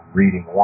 reading